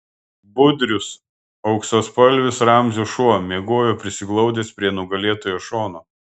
budrius auksaspalvis ramzio šuo miegojo prisiglaudęs prie nugalėtojo šono